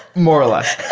more or less